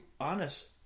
honest